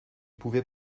pouvait